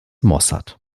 mossad